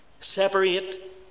separate